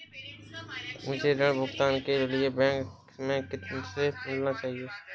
मुझे ऋण भुगतान के लिए बैंक में किससे मिलना चाहिए?